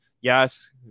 Yes